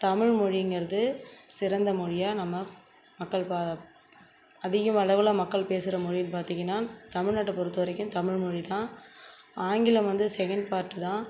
தமிழ் மொழிங்கிறது சிறந்த மொழியாக நம்ம மக்கள் பா அதிக அளவில் மக்கள் பேசுகிற மொழின் பார்த்தீங்கன்னா தமிழ்நாட்டை பொறுத்தவரைக்கும் தமிழ்மொழி தான் ஆங்கிலம் வந்து செகண்ட் பார்ட் தான்